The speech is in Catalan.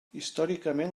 històricament